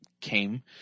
came